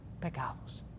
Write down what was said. pecados